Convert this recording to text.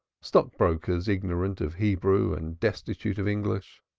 stockbrokers ignorant of hebrew and destitute of english,